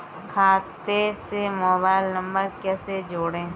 खाते से mobile number कैसे जोड़ें?